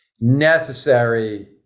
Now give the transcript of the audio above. necessary